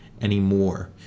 anymore